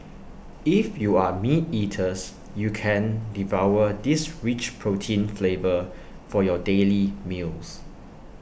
if you are meat eaters you can devour this rich protein flavor for your daily meals